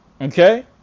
okay